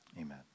amen